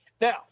Now